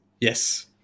yes